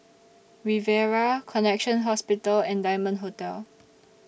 Riviera Connexion Hospital and Diamond Hotel